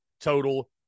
total